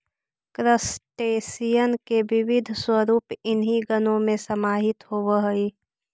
crustacean के विविध स्वरूप इन्हीं गणों में समाहित होवअ हई